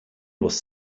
was